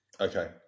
Okay